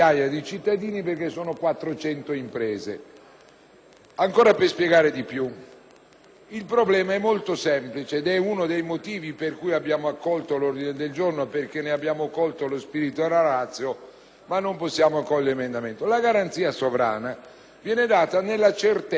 vorrei ricordare che il problema è molto semplice, e questo è uno dei motivi per cui abbiamo accolto l'ordine del giorno G106 perché ne abbiamo colto lo spirito e la *ratio*, ma non possiamo accogliere l'emendamento. La garanzia sovrana viene data nella certezza che i crediti siano tutti veri ed esigibili,